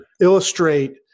illustrate